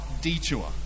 detour